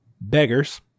Beggars